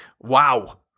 Wow